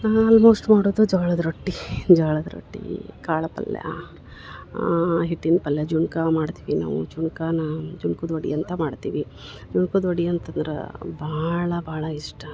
ನಾನು ಆಲ್ಮೋಸ್ಟ್ ಮಾಡುದು ಜ್ವಾಳದ ರೊಟ್ಟಿ ಜೋಳದ ರೊಟ್ಟಿ ಕಾಳು ಪಲ್ಯ ಹಿಟ್ಟಿನ ಪಲ್ಲೆ ಜುನ್ಕ ಮಾಡ್ತೀವಿ ನಾವು ಜುನ್ಕಾನ ಜುನ್ಕುದ ವಡೆ ಅಂತ ಮಾಡ್ತೀವಿ ಜುನ್ಕುದ ವಡೆ ಅಂತಂದ್ರೆ ಭಾಳ ಭಾಳ ಇಷ್ಟ ಅದ